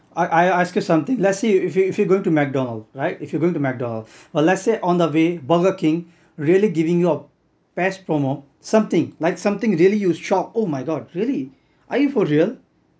I I ask you something let's say you if you if you're going to McDonald's right if you're going to McDonald's lets say on the way burger king really giving you a best promo something like something really you shock oh my god really are you for real